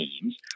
teams